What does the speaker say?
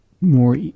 more